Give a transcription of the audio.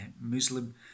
Muslim